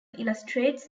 illustrates